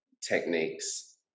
techniques